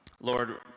Lord